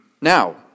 Now